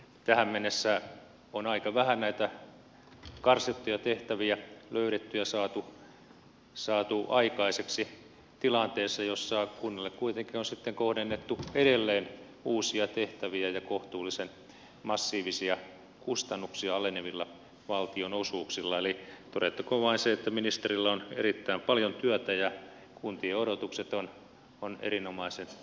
tähän mennessä on aika vähän näitä karsittuja tehtäviä löydetty ja saatu aikaiseksi tilanteessa jossa kunnille kuitenkin on sitten kohdennettu edelleen uusia tehtäviä ja kohtuullisen massiivisia kustannuksia alenevilla valtionosuuksilla eli todettakoon vain se että ministerillä on erittäin paljon työtä ja kuntien odotukset ovat erinomaisen isot